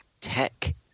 tech